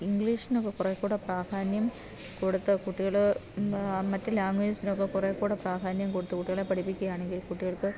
ഇംഗ്ലീഷിനൊക്ക കുറെ കൂടെ പ്രാധാന്യം കൊടുത്ത് കുട്ടികള് മറ്റ് ലാംഗ്വേജസിന് ഒക്കെ കുറെ കൂടെ പ്രാധാന്യം കൊടുത്ത് കുട്ടികളെ പഠിപ്പിക്കുകയാണെങ്കിൽ കുട്ടികൾക്ക്